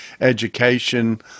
education